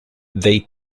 they